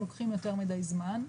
לוקחים יותר מדי זמן.